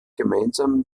gemeinsam